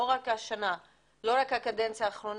לא הקדנציה האחרונה.